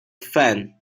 fan